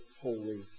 holy